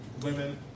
women